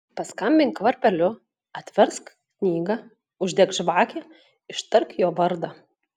paskambink varpeliu atversk knygą uždek žvakę ištark jo vardą